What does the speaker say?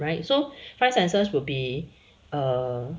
right so five senses will be err